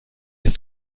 erst